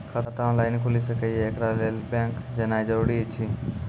खाता ऑनलाइन खूलि सकै यै? एकरा लेल बैंक जेनाय जरूरी एछि?